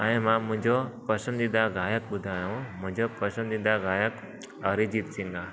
हाणे मुंहिंजो पसंदीदा ॻाइकु ॿुधायांव मुंहिंजो पसंदीदा ॻाइकु अभिजीत सिंह आहे